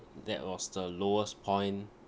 that was the lowest point